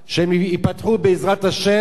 שייפתחו, בעזרת השם,